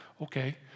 Okay